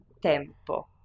tempo